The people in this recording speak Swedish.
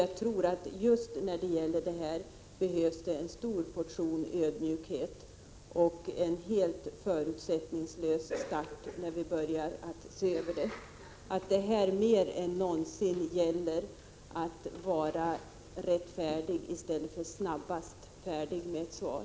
Just i denna fråga tror jag det behövs en stor portion ödmjukhet och en helt annan förutsättningslös start när vi börjar se över problemen. Här om någonsin gäller det att vara rättfärdig i stället för snabbast färdig med ett svar.